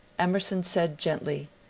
emerson said gently,